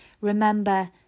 Remember